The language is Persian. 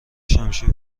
شمشیر